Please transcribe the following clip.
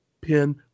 pin